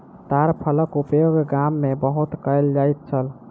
ताड़ फलक उपयोग गाम में बहुत कयल जाइत छल